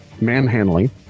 manhandling